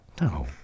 no